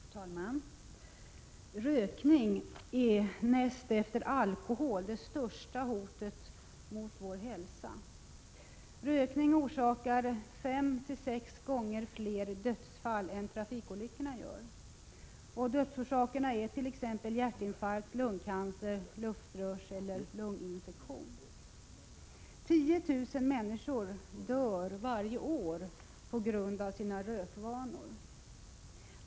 Herr talman! Rökning är näst efter alkohol det största hotet mot vår hälsa. Rökning orsakar fem till sex gånger fler dödsfall än trafikolyckorna gör. Dödsorsakerna är t.ex. hjärtinfarkt, lungcancer, luftrörseller lunginfektion. 10 000 människor dör varje år på grund av sina rökvanor.